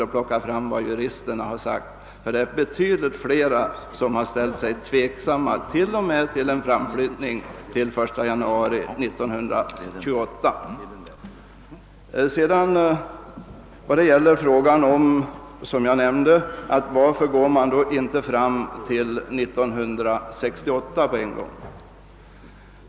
Betydligt fler än de som varit positiva har ställt sig tveksamma t.o.m. till en framflyttning till den 1 januari 1928. Jag vill sedan återkomma till den tidigare av mig ställda frågan varför man inte vill gå fram till 1968 på en gång.